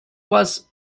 was